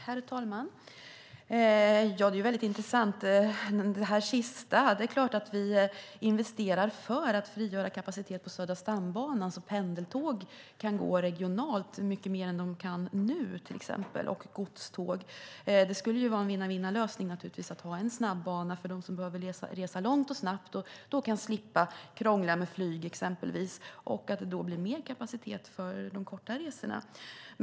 Herr talman! Det sista är ju intressant. Det är klart att vi investerar för att frigöra kapacitet på Södra stambanan, så att pendeltåg och godståg kan gå regionalt mycket mer än de kan nu, till exempel. Det skulle naturligtvis vara en vinna-vinna-lösning att ha en snabb-bana för dem som behöver resa långt och snabbt. Då kan de slippa krångla med exempelvis flyg, och det blir mer kapacitet för de korta resorna.